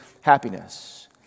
happiness